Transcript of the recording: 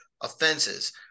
offenses